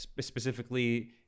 specifically